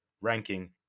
ranking